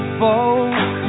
folk